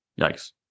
Yikes